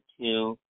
two